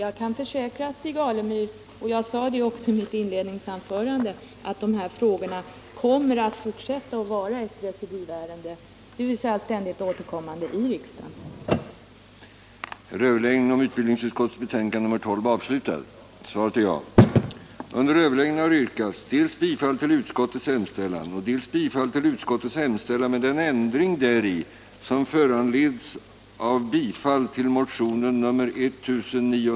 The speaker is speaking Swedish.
Jag kan försäkra Stig Alemyr — jag sade det också i mitt inledningsanförande — att denna fråga kommer att fortsätta att vara ett recidivärende, dvs. ständigt återkommande i riksdagen till dess vi fått igenom våra krav.